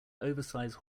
oversize